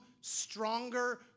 stronger